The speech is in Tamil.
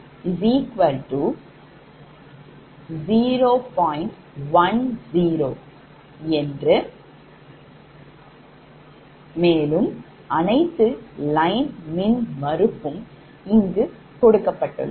10 மேலும் அனைத்து line மின்மறுப்பும் கொடுக்கப்பட்டுள்ளது